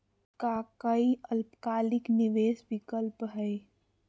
का काई अल्पकालिक निवेस विकल्प हई?